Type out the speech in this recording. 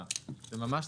זו לא סמכות אכיפה.